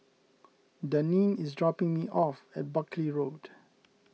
Daneen is dropping me off at Buckley Road